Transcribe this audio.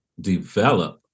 develop